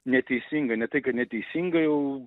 neteisinga ne tai kad neteisinga jau